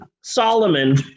Solomon